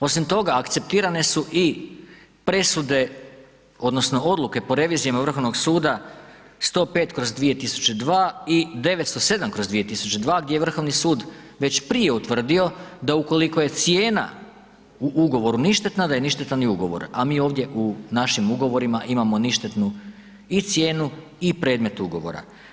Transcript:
Osim toga, akceptirane su i presude, odnosno odluke po reviziji Vrhovnog suda 105/2002 i 907/2002 gdje je Vrhovni sud već prije utvrdio da ukoliko je cijena u ugovoru ništetna, da je ništetan i ugovor, a mi ovdje u našim ugovorima imamo ništetnu i cijenu i predmet ugovora.